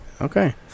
Okay